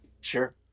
Sure